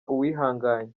uwihanganye